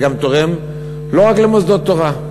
וגם תורם לא רק למוסדות תורה.